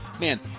Man